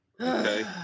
okay